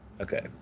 Okay